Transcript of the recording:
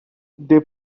they